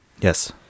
yes